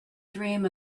dream